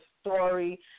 story